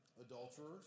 adulterers